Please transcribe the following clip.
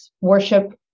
worship